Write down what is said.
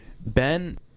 Ben